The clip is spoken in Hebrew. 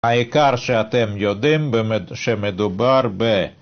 העיקר שאתם יודעים שמדובר ב